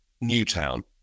Newtown